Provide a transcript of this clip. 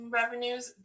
revenues